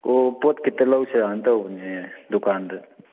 ꯑꯣ ꯄꯣꯠ ꯈꯤꯇ ꯂꯧꯁꯤꯔꯥꯅ ꯇꯧꯕꯅꯦ ꯗꯨꯀꯥꯟꯗ